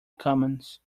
commons